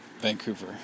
Vancouver